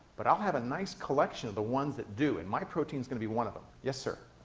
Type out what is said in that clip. but i'll have a nice collection of the ones that do, and my protein's going to be one of them. yes, sir?